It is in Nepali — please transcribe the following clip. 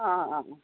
अँ अँ अँ अँ